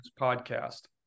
podcast